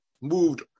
moved